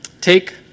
take